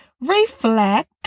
reflect